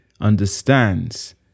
understands